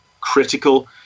critical